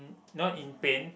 not in pain